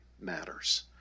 matters